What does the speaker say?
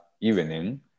evening